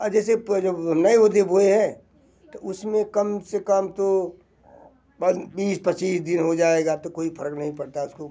और जैसे जो नए ओदे बोए हैं तो उसमें कम से कम तो पन बीस पचीस दिन हो जाएगा तो कोई फ़र्क़ नहीं पड़ता उसको